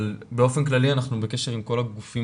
אבל באופן כללי אנחנו בקשר עם כל הגופים